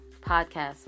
podcast